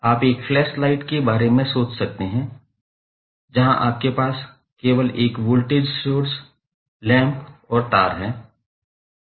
आप एक flash light के बारे में सोच सकते हैं जहां आपके पास केवल एक वोल्टेज स्रोत लैंप और तार हैं